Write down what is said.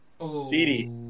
cd